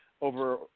Over